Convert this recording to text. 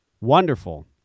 wonderful